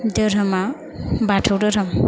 दोहोरोमा बाथौ दोहोरोम